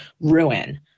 ruin